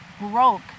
broke